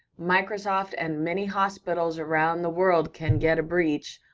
microsoft, and many hospitals around the world can get a breach,